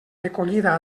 recollida